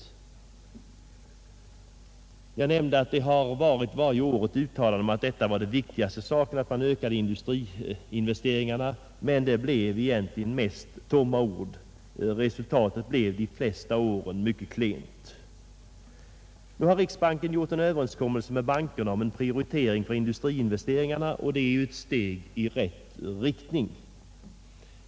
I nästan varje finansplan under 1960-talet har regeringen uttalat att nu var det allra viktigaste i landets politik att öka industriinvesteringarna, men det blev egentligen mest bara tomma ord. Resultatet blev de flesta åren mycket klent. Nu har riksbanken träffat en överenskommelse med bankerna om en prioritering för industriinvesteringarna, och det är ju ett steg i rätt riktning.